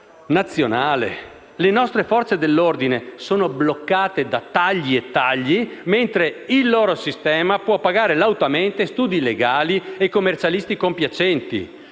nazionale. Le nostre Forze dell'ordine sono bloccate da tagli e tagli, mentre il loro sistema può pagare lautamente studi legali e commercialisti compiacenti.